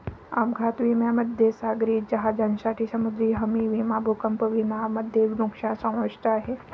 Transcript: अपघात विम्यामध्ये सागरी जहाजांसाठी समुद्री हमी विमा भूकंप विमा मध्ये नुकसान समाविष्ट आहे